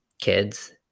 kids